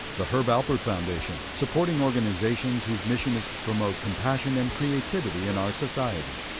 the herb alpert foundation, supporting organizations whose mission is to promote compassion and creativity in our society.